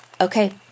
Okay